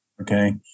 Okay